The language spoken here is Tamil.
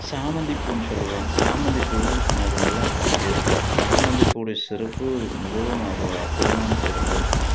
சாமந்திப்பூன்னு சொல்லுவாங்க சாமந்திப்பூவும் எனக்கு நல்லா பிடிக்கும் சாமந்தி பூவுடைய சிறப்பு மிகவும் அற் அற்புதமான சிறப்பு